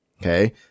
okay